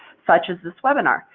such as this webinar.